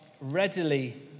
readily